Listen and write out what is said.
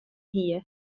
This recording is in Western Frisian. hie